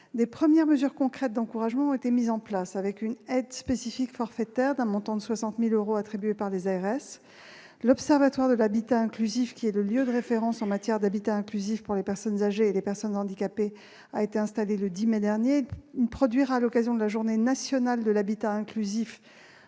Des premières mesures concrètes d'encouragement ont été mises en place, avec une aide spécifique forfaitaire d'un montant de 60 000 euros attribuée par les ARS. L'Observatoire de l'habitat inclusif, qui est le lieu de référence en matière d'habitat inclusif pour les personnes âgées et les personnes handicapées, a été installé le 10 mai dernier et produira, à l'occasion de la journée nationale de l'habitat inclusif